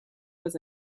was